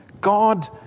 God